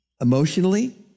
emotionally